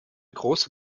große